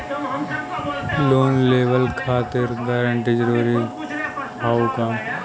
Loan लेवब खातिर guarantor जरूरी हाउ का?